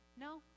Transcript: no